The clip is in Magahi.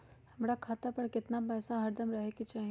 हमरा खाता पर केतना पैसा हरदम रहे के चाहि?